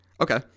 Okay